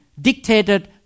dictated